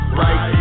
right